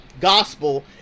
gospel